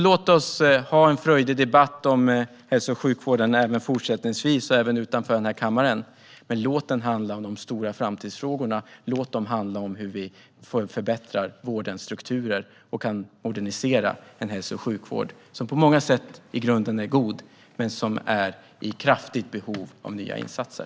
Låt oss ha en frejdig debatt om hälso och sjukvården, även fortsättningsvis och även utanför den här kammaren, men låt den handla om de stora framtidsfrågorna. Låt den handla om hur vi kan förbättra vårdens strukturer och modernisera en hälso och sjukvård som i grunden är god på många sätt men som är i kraftigt behov av nya insatser.